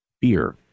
beer